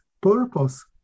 purpose